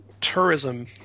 tourism